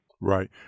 Right